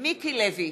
מיקי לוי,